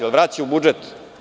Jel vraća u budžet?